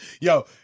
yo